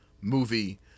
movie